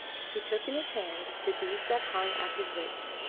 he took in his hand the beads that hung at his waist.